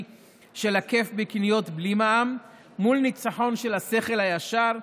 של הכיף בקניות בלי מע"מ מול ניצחון השכל הישר,